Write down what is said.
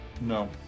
No